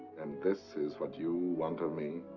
and this is what you want of me?